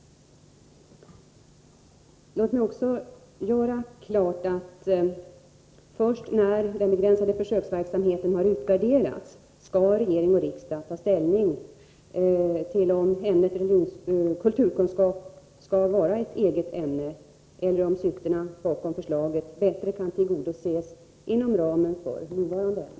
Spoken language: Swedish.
Låt mig också göra klart att först när den begränsade försöksverksamheten har utvärderats, skall regering och riksdag ta ställning till om ämnet kulturkunskap skall vara ett eget ämne eller om syftena bakom förslaget bättre kan tillgodoses inom ramen för nuvarande ämnen.